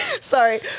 Sorry